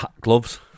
gloves